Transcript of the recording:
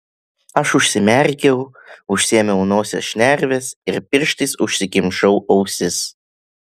aš užsimerkiau užsiėmiau nosies šnerves ir pirštais užsikimšau ausis